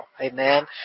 Amen